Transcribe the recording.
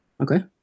Okay